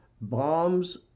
bombs